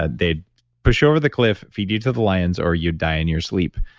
ah they'd push you over the cliff, feed you to the lions or you die in your sleep